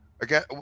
Again